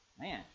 Man